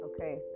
Okay